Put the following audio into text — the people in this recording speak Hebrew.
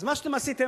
אז מה שאתם עשיתם,